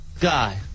Guy